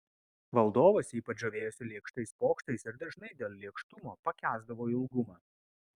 valdovas ypač žavėjosi lėkštais pokštais ir dažnai dėl lėkštumo pakęsdavo ilgumą